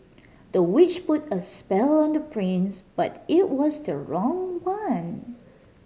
the witch put a spell on the prince but it was the wrong one